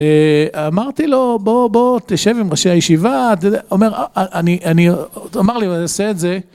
אה... אמרתי לו, "בוא, בוא תשב עם ראשי הישיבה", אתה יודע... אומר, אני... אני... הוא אמר לי, "אם אני אעשה את זה..."